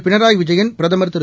பினராயி விஜயன் பிரதமர் திரு